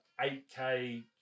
8K